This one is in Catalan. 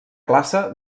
classe